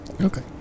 Okay